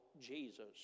Jesus